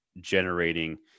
generating